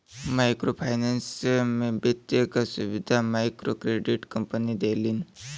micro finance में वित्त क सुविधा मइक्रोक्रेडिट कम्पनी देलिन